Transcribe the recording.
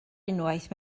unwaith